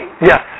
Yes